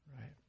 Right